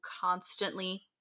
constantly